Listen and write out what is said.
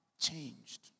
changed